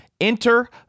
Enter